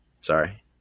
Sorry